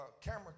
camera